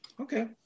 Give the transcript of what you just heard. Okay